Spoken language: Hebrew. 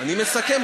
אני מסכם.